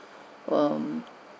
um